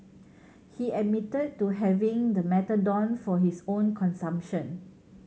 he admitted to having the methadone for his own consumption